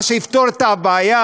מה שיפתור את הבעיה